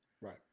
Right